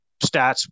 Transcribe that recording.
stats